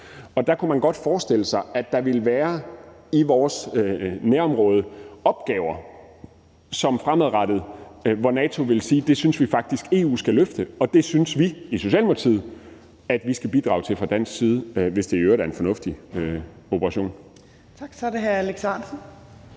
Der kunne man godt forestille sig, at der i vores nærområde ville være opgaver, hvor NATO fremadrettet ville sige, at det synes de faktisk EU skal løfte, og det synes vi i Socialdemokratiet at vi skal bidrage til fra dansk side, hvis det i øvrigt er en fornuftig operation. Kl. 14:44 Tredje